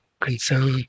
concern